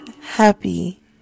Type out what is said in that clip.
happy